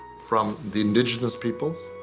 from the indigenous peoples,